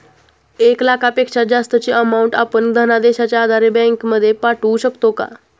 एक लाखापेक्षा जास्तची अमाउंट आपण धनादेशच्या आधारे बँक मधून पाठवू शकतो का?